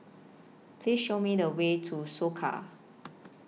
Please Show Me The Way to Soka